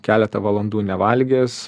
keletą valandų nevalgęs